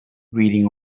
reading